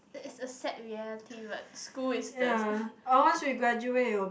it it's a sad reality but school is the